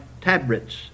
tabrets